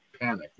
panic